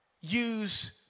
use